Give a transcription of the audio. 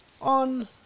on